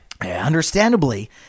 Understandably